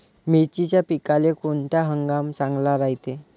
मिर्चीच्या पिकाले कोनता हंगाम चांगला रायते?